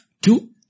two